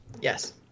yes